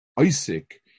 Isaac